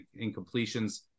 incompletions